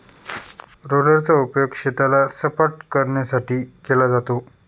रोलरचा उपयोग शेताला सपाटकरण्यासाठी केला जातो